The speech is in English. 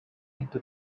into